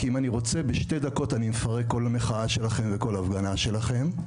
כי אם אני רוצה בשתי דקות אני מפרק כל מחאה שלכם וכל הפגנה שלכם.